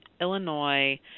Illinois